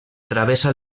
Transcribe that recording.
travessa